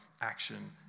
action